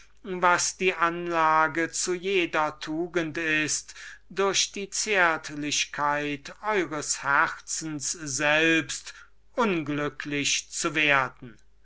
was die anlage zu jeder tugend ist durch die zärtlichkeit eures herzens selbst unglücklich zu werden